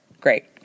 Great